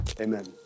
amen